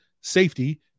safety